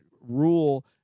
rule